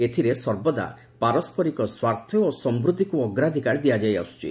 ଏଥିରେ ସର୍ବଦା ପାରସ୍କରିକ ସ୍ୱାର୍ଥ ଓ ସମୃଦ୍ଧିକୁ ଅଗ୍ରାଧିକାର ଦିଆଯାଇ ଆସୁଛି